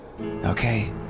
Okay